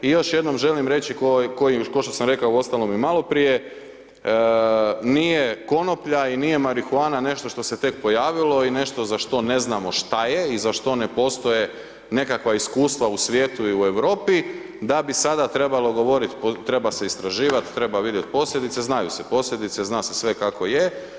I još jednom želim reći kao što sam rekao uostalom i maloprije, nije konoplja i nije marihuana nešto što se tek pojavilo i nešto za što ne znamo šta je i za što ne postoje nekakva iskustva u svijetu i u Europi da bi sada trebalo govoriti treba se istraživati, treba vidjeti posljedice, znaju se posljedice, zna se sve kako je.